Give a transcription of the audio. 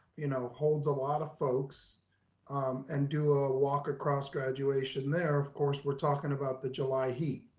you know, holds a lot of folks and do a walk across graduation there. of course, we're talking about the july heat.